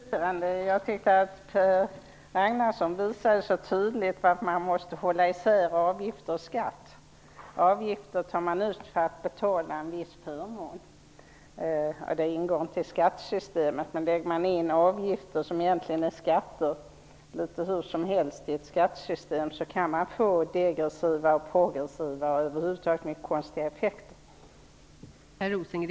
Fru talman! Jag vill bara göra ett konstaterande. Jag tyckte att Rosengren visade så tydligt att man måste hålla isär avgifter och skatt. Avgifter tas ut som betalning för en viss förmån. Det ingår inte i skattesystemet. Lägger man in avgifter som egentligen är skatter litet hur som helst i ett skattesystem kan man få degressiva, progressiva och över huvud taget mycket konstiga effekter.